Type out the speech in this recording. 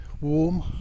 warm